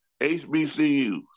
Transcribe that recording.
HBCUs